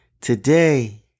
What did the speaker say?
Today